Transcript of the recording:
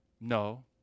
No